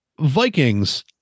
Vikings